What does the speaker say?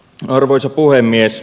arvoisa puhemies